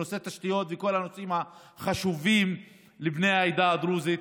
לנושא תשתיות ולכל הנושאים החשובים לבני העדה הדרוזית,